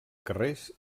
carrers